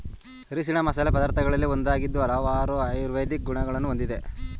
ಅರಿಶಿಣ ಮಸಾಲೆ ಪದಾರ್ಥಗಳಲ್ಲಿ ಒಂದಾಗಿದ್ದು ಹಲವಾರು ಆಯುರ್ವೇದಿಕ್ ಗುಣಗಳನ್ನು ಹೊಂದಿದೆ